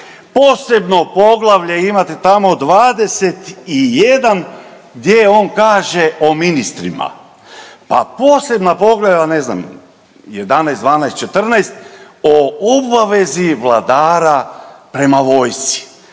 Posebno poglavlje imate tamo 21. gdje on kaže o ministrima. Pa posebna poglavlja ne znam 11., 12., 14. o obavezi vladara prema vojsci.